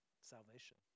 salvation